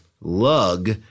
lug